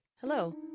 Hello